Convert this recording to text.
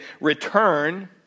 return